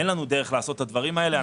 אין לנו דרך לעשות את הדברים האלה.